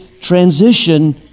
transition